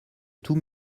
tous